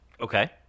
Okay